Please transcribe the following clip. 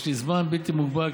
יש לי זמן בלתי מוגבל,